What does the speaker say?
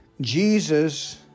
Jesus